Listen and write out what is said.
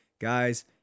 guys